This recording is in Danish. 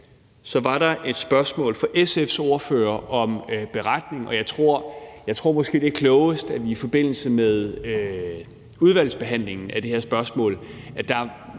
Så var der et spørgsmål fra SF's ordfører om en beretning. Jeg tror måske, det er klogest, at SF's ordfører i forbindelse med udvalgsbehandlingen af det her spørgsmål